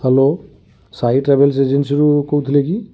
hello Sai travels agency ରୁ କହୁଥିଲେ କି